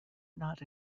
not